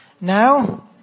now